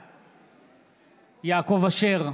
בעד יעקב אשר,